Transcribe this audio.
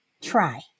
try